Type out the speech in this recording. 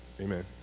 Amen